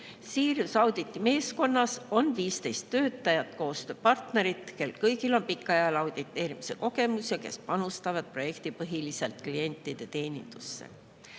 Sirius Audit OÜ meeskonnas on 15 töötajat/koostööpartnerit, kellel kõigil on pikaajaline auditeerimise kogemus ja kes panustavad projektipõhiselt klientide teenindusse.